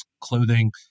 clothing